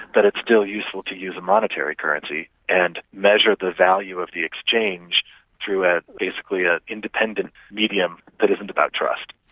but it's still useful to use a monetary currency, and measure the value of the exchange through an ah independent medium that isn't about trust.